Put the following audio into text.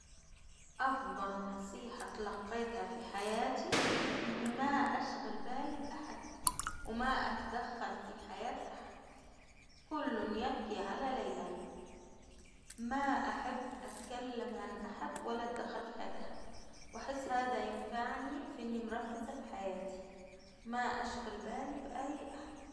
أفضل نصيحة إتلقيتها في حياتي إني ما أشغل بالي بأحد، وما أتدخل في حياة احد، كل يبكي على ليلاه، ما أحب أتكلم عن أحد ولا أدخل في حياة أحد، وأحس هذا ينفعني في إني مركزة في حياتي، ما أشغل بالي بأي أحد.